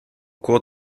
cours